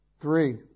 three